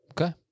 Okay